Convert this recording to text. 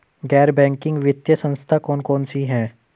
गैर बैंकिंग वित्तीय संस्था कौन कौन सी हैं?